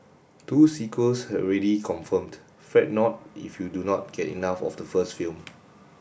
two sequels already confirmed Fret not if you do not get enough of the first film